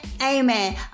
Amen